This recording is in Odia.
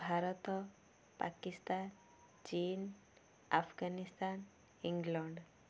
ଭାରତ ପାକିସ୍ତାନ ଚୀନ୍ ଆଫ୍ଗାନିସ୍ତାନ ଇଂଲଣ୍ଡ